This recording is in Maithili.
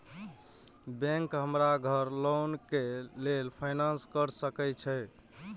बैंक हमरा घर लोन के लेल फाईनांस कर सके छे?